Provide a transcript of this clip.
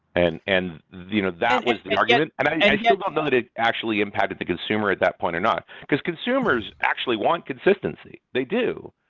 and and you know that was the argument. and i still don't know that it actually impacted the consumer at that point or not, because consumers actually want consistency. they do.